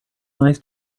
nice